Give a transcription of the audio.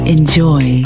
Enjoy